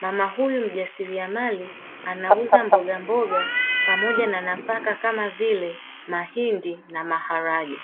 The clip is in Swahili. mama huyu mjasiriamali anauza mbogamboga pamoja na nafaka kama vile mahindi na maharage.